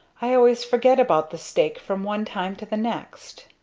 i always forget about the steak from one time to the next.